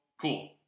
cool